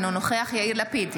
אינו נוכח יאיר לפיד,